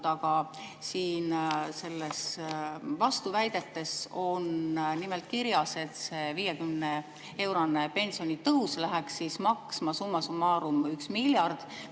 Siin nendes vastuväidetes on nimelt kirjas, et see 50-eurone pensionitõus läheks maksma summa summarum1 miljard,